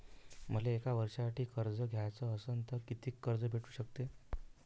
मले एक वर्षासाठी कर्ज घ्याचं असनं त कितीक कर्ज भेटू शकते?